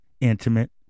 intimate